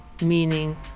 Meaning